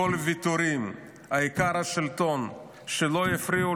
הכול ויתורים, העיקר השלטון, שלא יפריעו